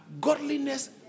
godliness